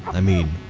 i mean,